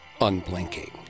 unblinking